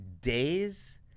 days